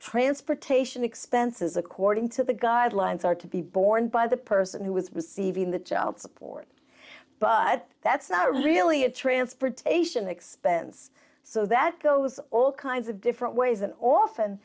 transportation expenses according to the guidelines are to be borne by the person who is receiving the child support but that's not really a transportation expense so that goes all kinds of different ways and often